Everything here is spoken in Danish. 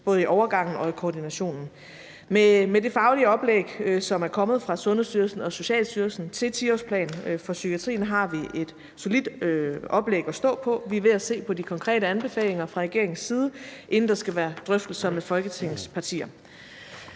både i overgangen og i koordinationen. Med det faglige oplæg, som er kommet fra Sundhedsstyrelsen og Socialstyrelsen til 10-årsplanen for psykiatrien, har vi et solidt oplæg at stå på. Vi er fra regeringens side ved at se på de konkrete anbefalinger, inden der skal være drøftelser med Folketingets partier.